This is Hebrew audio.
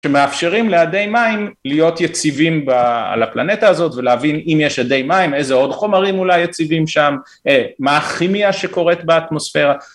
שמאפשרים לאדי מים להיות יציבים על הפלנטה הזאת ולהבין אם יש אדי מים איזה עוד חומרים אולי יציבים שם, מה הכימיה שקורית באטמוספירה